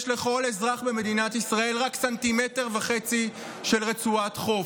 יש לכל אזרח במדינת ישראל רק סנטימטר וחצי של רצועת חוף.